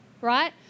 right